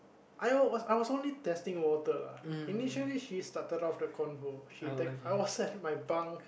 I was I was only testing water lah initially she started off the convo she tex~ I was at my bunk